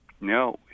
No